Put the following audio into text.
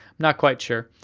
not quite sure.